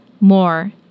more